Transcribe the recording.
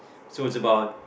so it's about